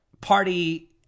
party